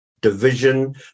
division